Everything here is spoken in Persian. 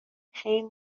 خیر